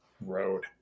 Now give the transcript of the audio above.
road